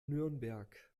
nürnberg